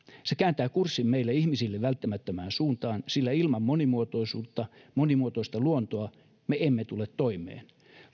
se kääntää kurssin meille ihmisille välttämättömään suuntaan sillä ilman monimuotoisuutta monimuotoista luontoa me emme tule toimeen